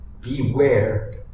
Beware